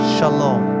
Shalom